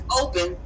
open